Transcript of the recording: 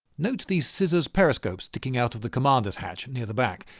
note the scissors periscope sticking out of the commander's hatch near the back.